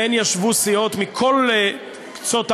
שבהן ישבו סיעות מכל קצות הבית,